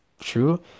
true